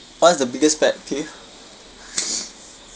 what is the biggest pet peeve